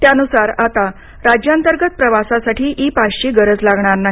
त्यानुसार आता राज्यांतर्गत प्रवासासाठी ई पासची गरज लागणार नाही